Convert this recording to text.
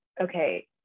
okay